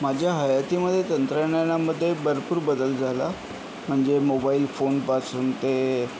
माझ्या हयातीमध्ये तंत्रज्ञानामध्ये भरपूर बदल झाला म्हणजे मोबाईल फोनपासून ते